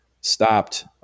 stopped